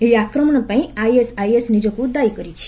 ଏହି ଆକ୍ରମଣପାଇଁ ଆଇଏସ୍ଆଇଏସ୍ ନିଜକୁ ଦାୟୀ କରିଛି